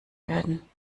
werden